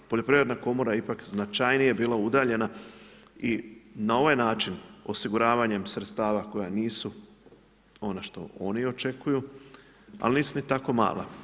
Poljoprivredna komora ipak značajnije bila udaljena i na ovaj način osiguravanjem sredstava koja nisu ona što oni očekuju, ali nisu ni tako mala.